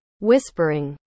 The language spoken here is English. Whispering